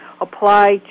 apply